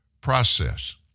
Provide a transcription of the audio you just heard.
process